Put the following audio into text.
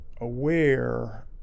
aware